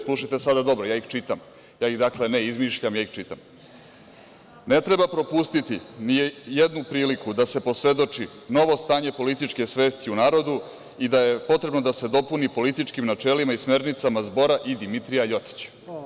Slušajte sada dobro, ja ih čitam, ja ih ne izmišljam, ja ih čitam: „Ne treba propustiti nijednu priliku da se posvedoči novo stanje političke svesti u narodu i da je potrebno da se dopuni političkim načelima i smernicama „Zbora“ i Dimitrija LJotića.